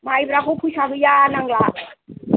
माइब्राखौ फैसा गैया नांला